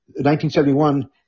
1971